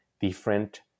different